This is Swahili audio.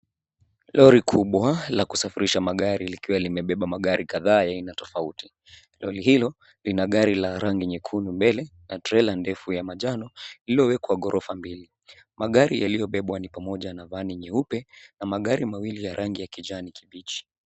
Lori kubwa la kusafirisha magari likiwa limebeba magari kadhaa ya aina tofauti. Lori hilo lina gari la rangi nyekundu mbele na trela ndefu ya manjano lilowekwa gorofa mbili. Magari yaliyobebwa ni pamoja na vani nyeupe na magari mawili ya rangi ya kijani kibichi.